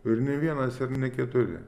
ir ne vienas ir ne keturi